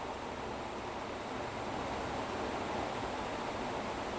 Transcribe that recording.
ya you need to visualise the exact location then you can teleport there